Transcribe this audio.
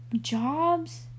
Jobs